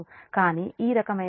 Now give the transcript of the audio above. కానీ ఈ రకమైన ఫాల్ట్ చాలా సాధారణం